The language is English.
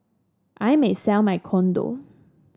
I may sell my condo